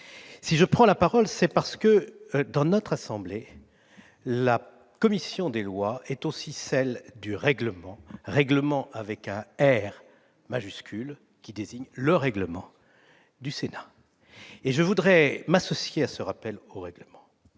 Si je prends la parole, c'est parce que, dans notre Haute Assemblée, la commission des lois est aussi celle du Règlement, avec un R majuscule, qui désigne le règlement du Sénat. Je voudrais m'associer à ce rappel au règlement